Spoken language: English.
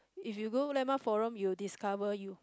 if you go landmark forum you'll discover you